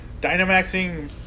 Dynamaxing